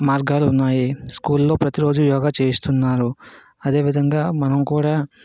మార్గాలు ఉన్నాయి స్కూల్లో ప్రతి రోజూ యోగా చేయిస్తున్నారు అదేవిధంగా మనం కూడా